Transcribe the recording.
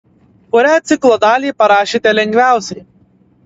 kurią ciklo dalį parašėte lengviausiai